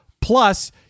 Plus